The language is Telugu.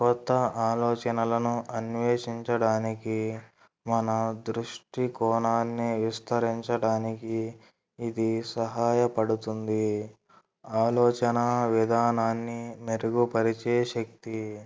కొత్త ఆలోచనలను అన్వేషించడానికి మన దృష్టి కోణన్ని విస్తరించడానికి ఇది సహాయపడుతుంది ఆలోచన విధానాన్ని మెరుగుపరిచే శక్తి